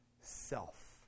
self